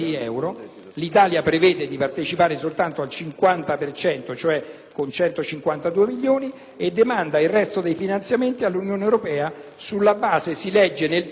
l'Italia prevede di partecipare soltanto al 50 per cento, cioè con 152 milioni, demandando il resto dei finanziamenti all'Unione europea sulla base - si legge nel testo